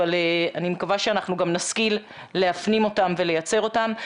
אבל אני מקווה שאנחנו גם נשכיל להפנים אותן ולייצר אותן.